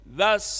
thus